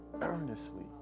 earnestly